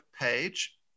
page